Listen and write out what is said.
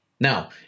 now